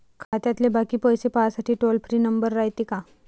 खात्यातले बाकी पैसे पाहासाठी टोल फ्री नंबर रायते का?